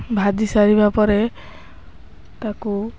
ଭାଜି ସାରିବା ପରେ ତାକୁ